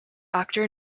actor